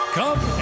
come